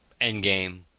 Endgame